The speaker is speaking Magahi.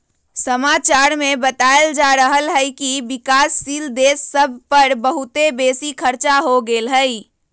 समाचार में बतायल जा रहल हइकि विकासशील देश सभ पर बहुते बेशी खरचा हो गेल हइ